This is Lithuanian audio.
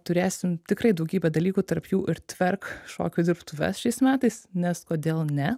turėsim tikrai daugybę dalykų tarp jų ir tverk šokių dirbtuves šiais metais nes kodėl ne